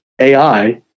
AI